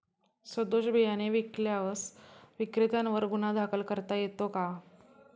सदोष बियाणे विकल्यास विक्रेत्यांवर गुन्हा दाखल करता येतो का?